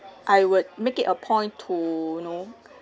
I would make it a point to you know